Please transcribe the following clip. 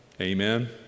Amen